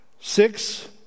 six